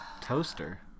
Toaster